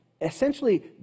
essentially